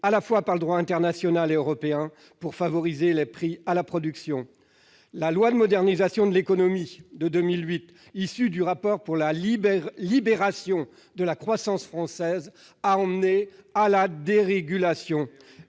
à la fois par le droit international et par le droit européen, pour favoriser les prix à la production. La loi de 2008 de modernisation de l'économie, issue du rapport pour la libération de la croissance française, a conduit à la dérégulation.